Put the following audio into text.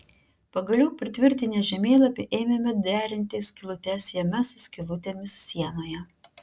pagaliau pritvirtinę žemėlapį ėmėme derinti skylutes jame su skylutėmis sienoje